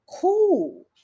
cool